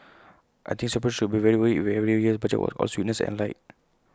I think Singaporeans should be very worried if every year's budget was all sweetness and light